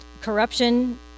corruption